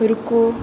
رکو